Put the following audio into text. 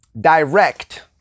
direct